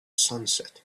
sunset